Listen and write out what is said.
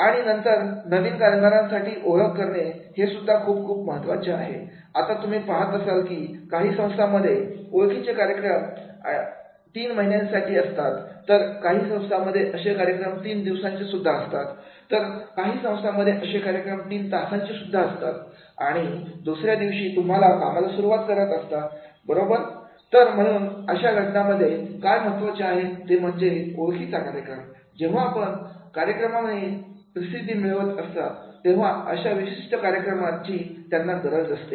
आणि नंतर नवीन कामगारांची ओळख करणे हे सुद्धा खूप खूप महत्त्वाचे आहे आता तुम्ही पाहत असाल की काही संस्थांमध्ये ओळखीचे कार्यक्रम अति तीन महिन्यांपर्यंत असतात तर काही संस्थांमध्ये अशी कार्यक्रम तीन दिवसाची सुद्धा असू शकतात तर काही संस्थांमध्ये असे कार्यक्रम तीन तासाची सुद्धा असतात आणि दुसऱ्या दिवशी तुम्ही कामाला सुरुवात करत असता बरोबर तर म्हणा अशा घटनांमध्ये काय महत्त्वाचे आहे ते म्हणजे ओळखीचा कार्यक्रम जेव्हा अशा कार्यक्रमाने प्रसिद्धी मिळवली तेव्हा अशा विशिष्ट प्रशिक्षण कार्यक्रमाची त्यांना गरज असते